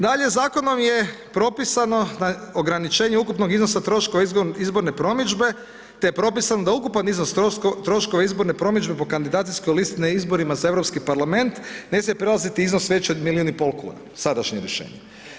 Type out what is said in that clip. Dalje, Zakonom je propisano ograničenje ukupnog iznosa troškova izborne promidžbe, te je propisan da ukupan iznos troškova izborne promidžbe po kandidacijskoj listi na izborima za Europski Parlament, ne smije prelaziti iznos veći od milijun i pol kuna, sadašnje rješenje.